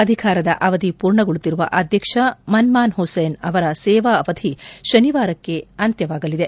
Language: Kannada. ಅಧಿಕಾರದ ಅವಧಿ ಪೂರ್ಣಗೊಳಿಸುತ್ತಿರುವ ಅಧ್ಯಕ್ಷ ಮನ್ನೂನ್ ಹುಸೇನ್ ಅವರ ಸೇವಾವಾಧಿ ಶನಿವಾರಕ್ಕೆ ಅಂತ್ಯವಾಗಲಿದೆ